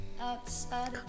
Outside